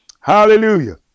hallelujah